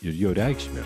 ir jo reikšmę